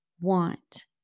want